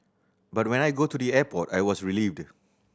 but when I go to the airport I was relieved